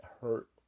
hurt